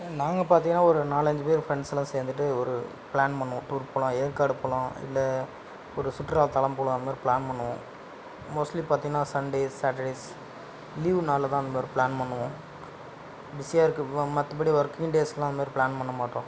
நாங்கள் பார்த்தீங்கனா ஒரு நாலஞ்சு பேர் ஃப்ரெண்ட்ஸ் எல்லாம் சேர்ந்துட்டு ஒரு பிளான் பண்ணிணோம் டூர் போகலாம் ஏற்காடு போகலாம் இல்லை ஒரு சுற்றுலா தளம் போகலாம் அந்தமாரி பிளான் பண்ணுவோம் மோஸ்ட்லி பாத்தீன்னா சண்டே சேட்டர்டேஸ் லீவு நாளில் தான் அந்தமாரி பிளான் பண்ணுவோம் பிஸியாக இருக்கறப்ப மற்றபடி ஒர்க்கிங் டேஸெல்லாம் அந்த மாரி பிளான் பண்ண மாட்டோம்